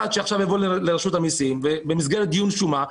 שעכשיו יבוא לרשות המסים במסגרת דיון שומה,